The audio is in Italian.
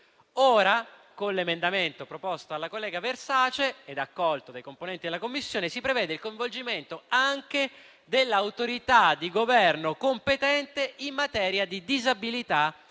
Ora, con l'emendamento proposto dalla collega Versace e accolto dai componenti della Commissione, si prevede il coinvolgimento anche dell'autorità di Governo competente in materia di disabilità